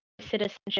citizenship